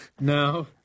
No